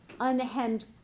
unhemmed